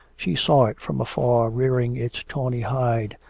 she saw it from afar rearing its tawny hide,